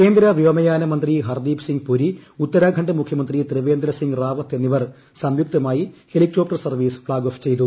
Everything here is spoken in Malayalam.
കേന്ദ്ര വ്യോമയാന മന്ത്രി ഹർദീപ് സിംഗ് പുരി ഉത്തരാഖണ്ഡ് മുഖ്യമന്ത്രി ത്രിവേന്ദ്ര സിംഗ് റാവത് എന്നിവർ സംയുക്തമായി ഹെലികോപ്ടർ സർവ്വീസ് ഫ്ളാഗ് ഓഫ് ചെയ്തു